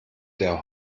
der